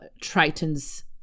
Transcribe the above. Triton's